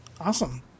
Awesome